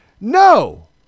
No